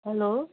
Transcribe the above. hello